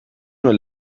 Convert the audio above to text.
nur